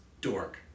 dork